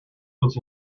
was